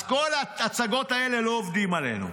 אז כל ההצגות האלה לא עובדות עלינו.